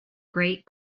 great